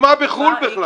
הוקמו בחו"ל בכלל.